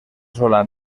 sola